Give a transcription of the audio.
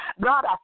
God